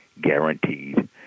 guaranteed